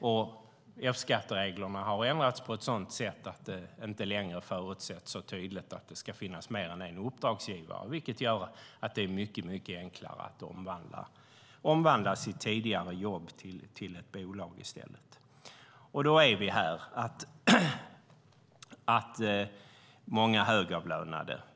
F-skattereglerna har ändrats på ett sådant sätt att det inte längre förutsätts tydligt att det ska finnas mer än en uppdragsgivare, vilket gör att det är mycket enklare att omvandla sitt tidigare jobb till ett bolag i stället. Då handlar det om många högavlönade.